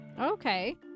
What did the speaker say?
Okay